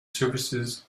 services